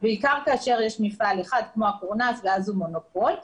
בעיקר כאשר יש מפעל אחד כמו הקורנס ואז הוא מונופול.